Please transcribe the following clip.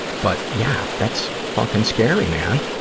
but, yeah, that's fucking scary, man!